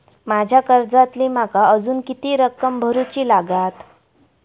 माझ्या कर्जातली माका अजून किती रक्कम भरुची लागात?